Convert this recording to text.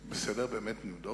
בסדר, באמת נבדוק.